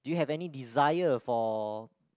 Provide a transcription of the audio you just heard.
do you have any desire for